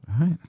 Right